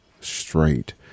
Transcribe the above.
straight